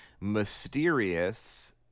mysterious